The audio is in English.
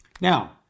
Now